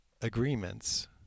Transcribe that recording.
agreements